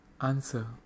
answer